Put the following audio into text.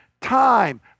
time